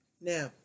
now